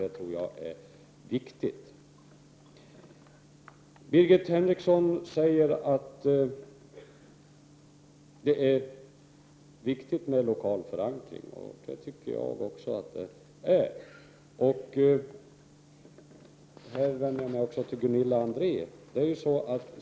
Det tror jag också är viktigt. Birgit Henriksson sade att det är angeläget med lokal förankring. Jag vänder mig också till Gunilla André.